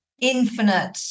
infinite